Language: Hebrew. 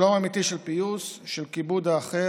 שלום אמיתי של פיוס, של כיבוד האחר,